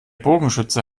bogenschütze